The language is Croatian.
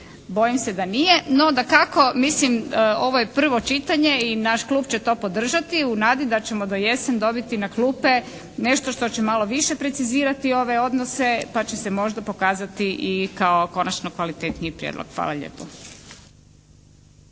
Bojim se da nije. No dakako mislim ovo je prvo čitanje i naš Klub će to podržati u nadi da ćemo do jesen dobiti na klupe nešto što će malo više precizirati ove odnose pa će se možda pokazati i kao konačno kvalitetniji prijedlog. Hvala lijepo.